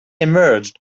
emerged